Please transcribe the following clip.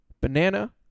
banana